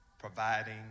providing